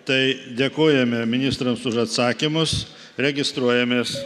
tai dėkojame ministrams už atsakymus registruojamės